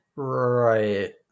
Right